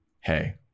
hey